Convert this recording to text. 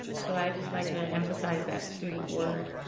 so, i'd just like to emphasize that student word.